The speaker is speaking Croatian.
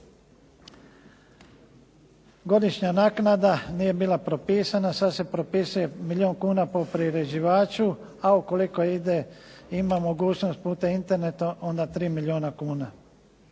Godišnja naknada nije bila propisana. Sad se propisuje milijun kuna po priređivaču, a ukoliko ide ima mogućnost putem interneta, onda 3 milijuna kuna.